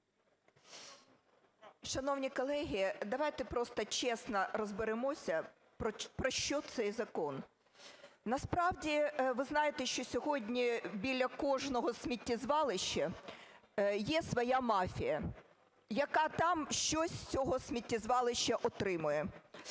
Шановні колеги, давайте просто чесно розберемося, про що цей закон. Насправді, ви знаєте, що сьогодні біля кожного сміттєзвалища є своя мафія, яка там щось з цього сміттєзвалища отримує,